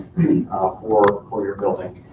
ah for for your building.